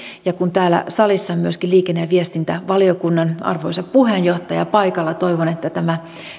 kun täällä salissa on myöskin liikenne ja viestintävaliokunnan arvoisa puheenjohtaja paikalla toivon että tämä